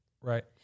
Right